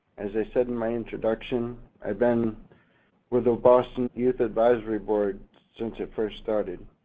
as i said in my introduction, i've been with the boston youth advisory board since it first started.